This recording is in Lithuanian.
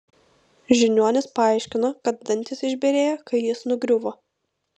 žiniuonis paaiškino kad dantys išbyrėjo kai jis nugriuvo